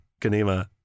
Kanima